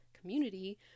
community